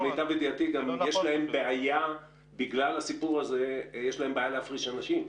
למיטב ידיעתי בגלל הסיפור הזה יש להם בעיה להפריש אנשים.